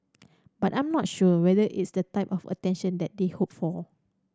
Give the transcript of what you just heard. but I'm not sure whether it's the type of attention that they hoped for